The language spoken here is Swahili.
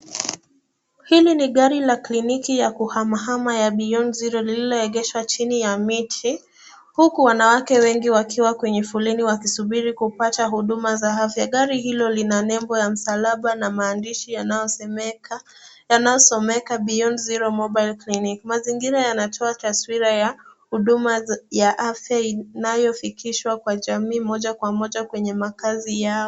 Hili ni gari la kliniki ya kuhamahama ya Beyond Zero lililoegeshwa chini ya mti huku wanawake wengi wakiwa kwa foleni wakisubiri kupata huduma za afya. Gari hilo lina nembo ya msalaba na maadishi yanayosomeka Beyond Zero Mobile Clinic . Mazingira yanatoa taswira ya huduma ya afya inayofikishwa kwa jamii moja kwa moja kwenye makazi yao.